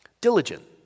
Diligent